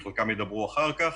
שחלקם ידברו אחר כך